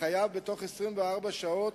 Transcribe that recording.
חייב בתוך 24 שעות